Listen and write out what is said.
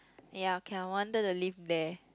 ya can I wanted to live there